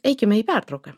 eikime į pertrauką